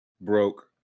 broke